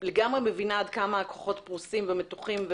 מבינה עד כמה הכוחות פרוסים ומתוחים.